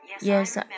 Yes